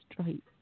straight